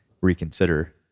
reconsider